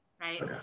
Right